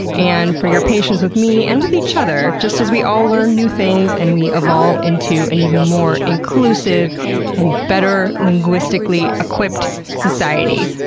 and for your patience with me and with each other as we all learn new things and we evolve into an even more inclusive and better-linguistically-equipped society.